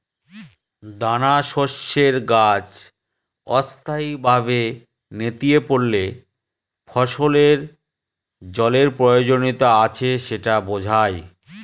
দানাশস্যের গাছ অস্থায়ীভাবে নেতিয়ে পড়লে ফসলের জলের প্রয়োজনীয়তা আছে সেটা বোঝায়